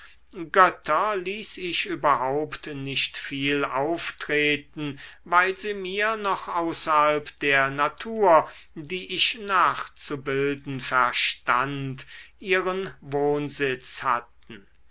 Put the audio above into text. ließ ich überhaupt nicht viel auftreten weil sie mir noch außerhalb der natur die ich nachzubilden verstand ihren wohnsitz hatten